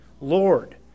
Lord